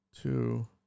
two